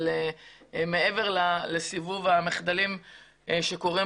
אבל מעבר לסיבוב המחדלים שקורים